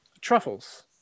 Truffles